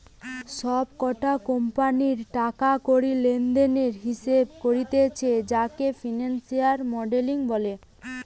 সব কটা কোম্পানির টাকা কড়ি লেনদেনের হিসেবে করতিছে যাকে ফিনান্সিয়াল মডেলিং বলে